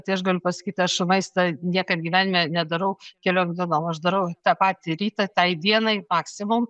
tai aš galiu pasakyt aš maisto niekad gyvenime nedarau keliom dienom aš darau tą patį rytą tai dienai maksimum